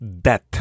death